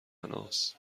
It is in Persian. بناست